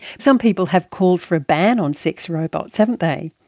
some people have called for a ban on sex robots, haven't they.